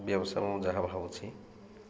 ବ୍ୟବସାୟ ମୁଁ ଯାହା ଭାବୁଛି